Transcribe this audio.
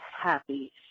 happy